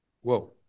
whoa